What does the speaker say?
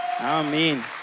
amen